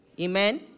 Amen